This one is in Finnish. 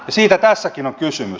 siitä tässäkin on kysymys